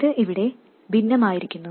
ഇത് ഇവിടെ ഭിന്നമായിരിക്കുന്നു